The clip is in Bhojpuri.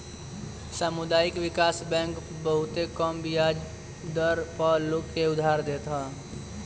सामुदायिक विकास बैंक बहुते कम बियाज दर पअ लोग के उधार देत हअ